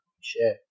share